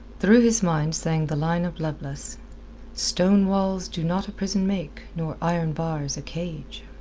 through his mind sang the line of lovelace stone walls do not a prison make, nor iron bars a cage.